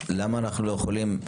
למה אנו לא יכולים?